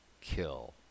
kill